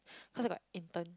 cause I got intern